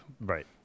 right